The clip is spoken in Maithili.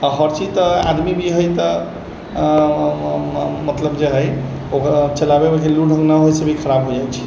आओर हर चीज तऽ आदमी भी हइ तऽ मतलब जे हइ ओकरा चलाबैमे भी लुरि नहि होलासँ भी खराब होइ छै